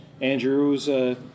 Andrew's